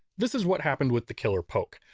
this is what happened with the killer poke.